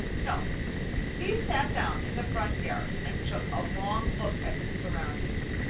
no he sat down in the front yard and took a long look at his surroundings,